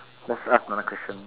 let's ask another question